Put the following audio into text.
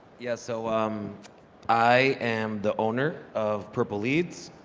yes, so um i am the owner of purple leads,